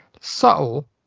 subtle